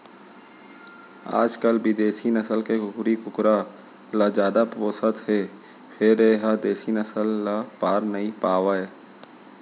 आजकाल बिदेसी नसल के कुकरी कुकरा ल जादा पोसत हें फेर ए ह देसी नसल ल पार नइ पावय